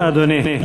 תודה, אדוני.